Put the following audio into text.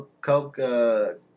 Coke